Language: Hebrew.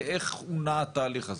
זאת אומרת, איך הונע התהליך הזה?